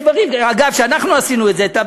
אגב, אנחנו עשינו את זה.